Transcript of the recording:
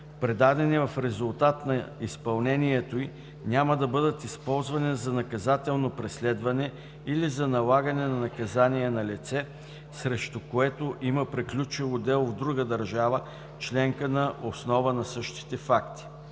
предадени в резултат на изпълнението й, няма да бъдат използвани за наказателно преследване или за налагане на наказание на лице, срещу което има приключило дело в друга държава членка въз основа на същите факти;